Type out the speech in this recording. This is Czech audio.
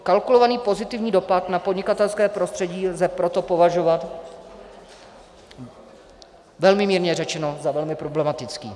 Kalkulovaný pozitivní dopad na podnikatelské prostředí lze proto považovat velmi mírně řečeno za velmi problematický.